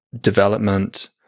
development